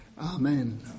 Amen